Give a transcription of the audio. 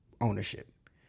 ownership